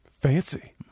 Fancy